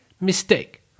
mistake